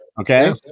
okay